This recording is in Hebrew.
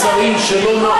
כל השרים.